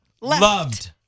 loved